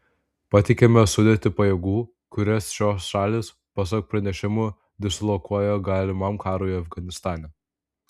pateikiame sudėtį pajėgų kurias šios šalys pasak pranešimų dislokuoja galimam karui afganistane